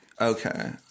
Okay